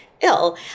ill